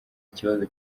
kibazo